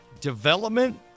Development